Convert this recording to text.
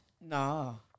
No